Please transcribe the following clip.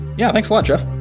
yeah, thanks a lot, jeff.